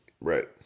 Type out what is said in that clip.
right